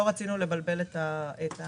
לא רצינו לבלבל את היוצרות.